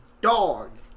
dog